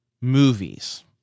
movies